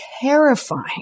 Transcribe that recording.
terrifying